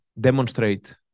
demonstrate